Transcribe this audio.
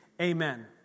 amen